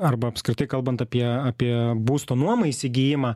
arba apskritai kalbant apie apie būsto nuomai įsigijimą